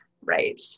Right